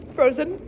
Frozen